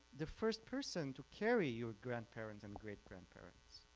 the first person to carry your grandparents and great-grandparents